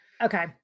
Okay